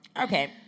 Okay